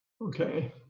Okay